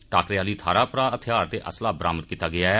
टाकरे आहली थाहरा परा हथियार ते असला बरामद कीता गेआ ऐ